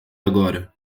agora